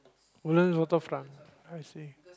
Woodlands-Waterfront I see